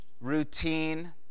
routine